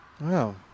wow